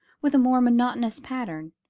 with a more monotonous pattern,